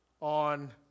on